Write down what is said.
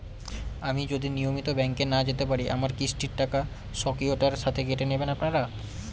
আমি যদি নিয়মিত ব্যংকে না যেতে পারি আমার কিস্তির টাকা স্বকীয়তার সাথে কেটে নেবেন আপনারা?